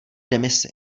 demisi